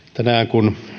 kun